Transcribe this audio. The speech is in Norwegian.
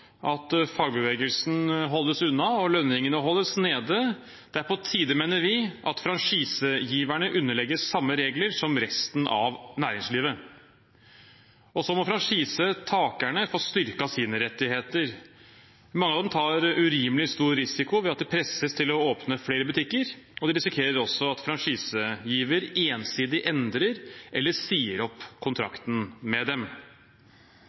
at fagbevegelsen holdes unna og lønningene holdes nede. Det er på tide, mener vi, at franchisegiverne underlegges samme regler som resten av næringslivet. Så må franchisetakerne få styrket sine rettigheter. Mange av dem tar urimelig stor risiko ved at de presses til å åpne flere butikker, og de risikerer at franchisegiver ensidig endrer eller sier opp kontrakten med dem.